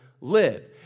live